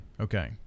Okay